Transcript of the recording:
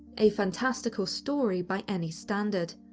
a fantastical story by any standard.